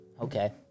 Okay